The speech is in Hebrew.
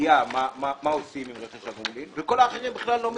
ידיעה מה עושים עם רכש הגומלין וכל האחרים בכלל לא מדווחים.